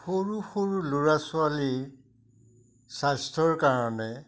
সৰু সৰু ল'ৰা ছোৱালীৰ স্বাস্থ্যৰ কাৰণে